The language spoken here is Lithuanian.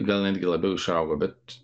gal netgi labiau išaugo bet